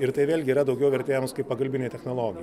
ir tai vėlgi yra daugiau vertėjams kaip pagalbinė technologija